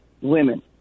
women